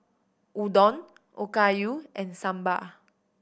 Udon Okayu and Sambar